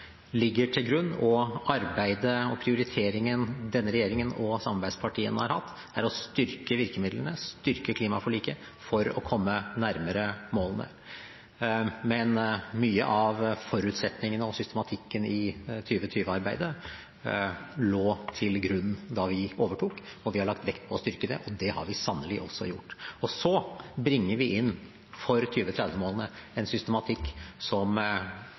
for å komme nærmere målene. Men mye av forutsetningene og systematikken i 2020-arbeidet lå til grunn da vi overtok. Vi har lagt vekt på å styrke det, og det har vi sannelig også gjort. Vi bringer for 2030-målene inn en systematikk som